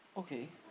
okay